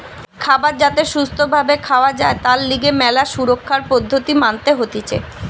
খাবার যাতে সুস্থ ভাবে খাওয়া যায় তার লিগে ম্যালা সুরক্ষার পদ্ধতি মানতে হতিছে